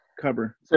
cover